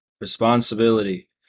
responsibility